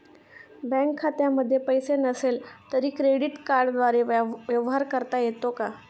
Bank खात्यामध्ये पैसे नसले तरी क्रेडिट कार्डद्वारे व्यवहार करता येतो का?